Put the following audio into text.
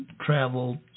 travel